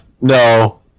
no